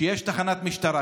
שיש שם תחנת משטרה,